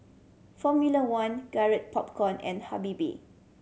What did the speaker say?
Formula One Garrett Popcorn and Habibie